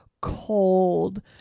cold